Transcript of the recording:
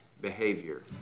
behavior